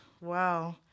wow